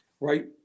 right